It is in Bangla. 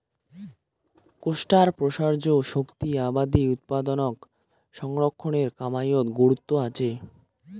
কোষ্টার প্রসার্য শক্তি আবাদি উৎপাদনক সংরক্ষণের কামাইয়ত গুরুত্ব আচে